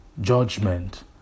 judgment